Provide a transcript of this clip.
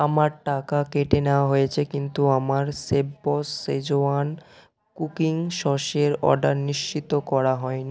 আমার টাকা কেটে নেওয়া হয়েছে কিন্তু আমার শেফবস শেজওয়ান কুকিং সসের অর্ডার নিশ্চিত করা হয়নি